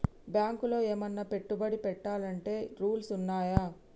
బ్యాంకులో ఏమన్నా పెట్టుబడి పెట్టాలంటే రూల్స్ ఉన్నయా?